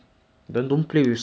zi quan don't mind losing though